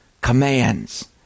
commands